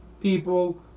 people